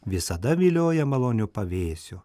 visada vilioja maloniu pavėsiu